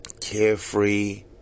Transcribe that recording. carefree